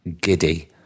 giddy